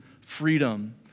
freedom